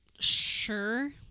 sure